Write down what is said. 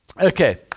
Okay